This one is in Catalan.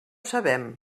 sabem